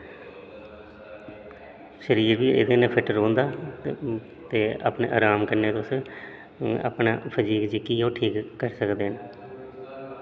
शरीर बी एहदे कन्नै फिट रौंह्दा ते अपना अराम कन्नै तुस अपना फजीक जेह्की ऐ ओह् ठीक करी सकदे न